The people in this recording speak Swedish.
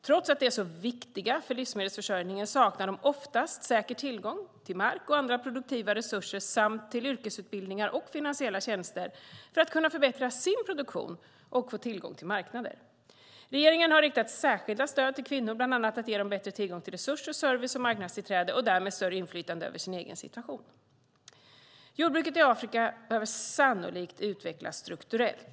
Trots att de är så viktiga för livsmedelsförsörjningen saknar de oftast säker tillgång till mark och andra produktiva resurser samt till yrkesutbildningar och finansiella tjänster för att kunna förbättra sin produktion och få tillgång till marknader. Regeringen har riktat särskilda stöd till kvinnor bland annat för att ge dem bättre tillgång till resurser, service och marknadstillträde och därmed större inflytande över sin egen situation. Jordbruket i Afrika behöver sannolikt utvecklas strukturellt.